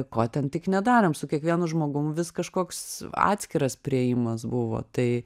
ko ten tik nedarėm su kiekvienu žmogum vis kažkoks atskiras priėjimas buvo tai